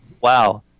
Wow